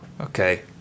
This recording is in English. okay